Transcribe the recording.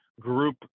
group